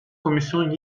komisyon